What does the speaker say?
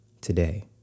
today